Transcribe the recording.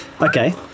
Okay